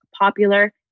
popular